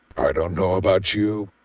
i don't know about you,